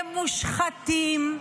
הם מושחתים.